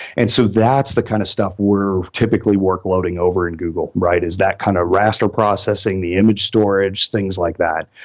and so that's the kind of stuff we're typically work loading over in google, is that kind of raster processing, the image storage, things like that.